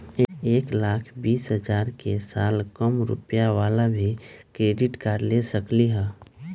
एक लाख बीस हजार के साल कम रुपयावाला भी क्रेडिट कार्ड ले सकली ह?